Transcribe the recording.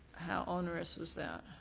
onerous is that?